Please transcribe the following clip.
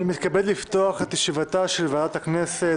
אני מתכבד לפתוח את ישיבתה של ועדת הכנסת.